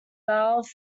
valve